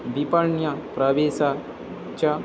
विपण्यप्रवेशे च